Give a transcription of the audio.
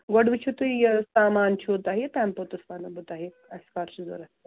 گۄڈٕ وٕچھُو تُہۍ یہِ سامان چھُو تۄہہِ تَمہِ پوٚتُس وَنو بہٕ تۄہہِ اَسہِ کَر چھِ ضوٚرَتھ